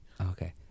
okay